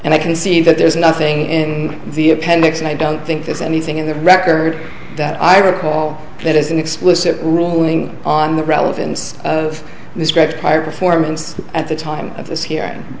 and i can see that there's nothing in the appendix and i don't think there's anything in the record that i recall that is an explicit ruling on the relevance of the scripts prior performance at the time of this he